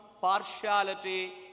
partiality